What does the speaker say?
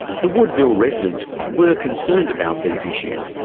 the woodville residents were concerned about these issues,